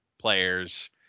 players